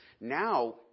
Now